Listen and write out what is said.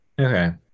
okay